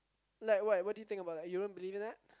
like what what do you think about like you don't believe in that